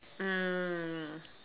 um